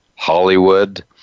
Hollywood